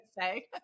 say